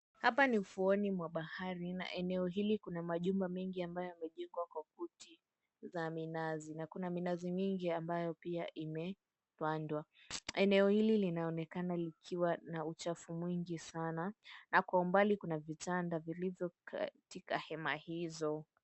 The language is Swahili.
Hapa ni ufuoni mwa bahari na eneo hili kuna majumba mengi ambayo yamejengwa kwa kuti za minazi na kuna minazi mingi ambayo pia imepandwa eneo hili linaonekana likiwa na uchafu mwingi sana na kwa umbali kuna vitanda vilivyo katika hema hizo.